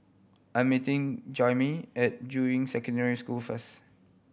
I'm meeting Jaimie at Juying Secondary School first